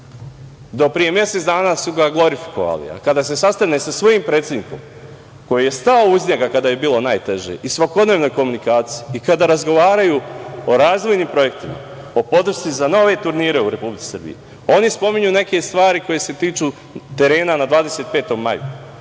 Do pre mesec dana su ga glorifikovali, a kada se sastane sa svojim predsednikom, koji je stao uz njega kada je bilo najteže i svakodnevnoj komunikaciji, i kada razgovaraju o razvojnim projektima, o podršci za nove turnire u Republici Srbiji. Oni spominju neke stvari koje se tiču terena na „25. Maju“.